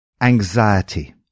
Anxiety